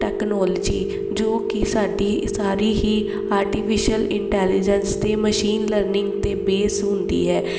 technology ਜੋ ਕਿ ਸਾਡੀ ਸਾਰੀ ਹੀ ਆਰਟੀਫਿਸ਼ਅਲ ਇੰਟੈਲੀਜੈਂਸ ਅਤੇ ਮਸ਼ੀਨ ਲਰਨਿੰਗ 'ਤੇ ਬੇਸ ਹੁੰਦੀ ਹੈ